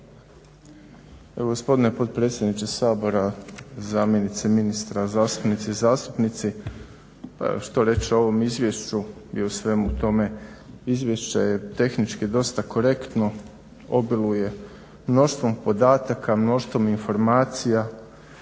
Gospodine potpredsjedniče Sabora, zamjenice ministra, zastupnice i zastupnici. Što reći o ovom izvješću i o svemu tome? Izvješće je tehnički dosta korektno, obiluje mnoštvom podataka, mnoštvom informacija,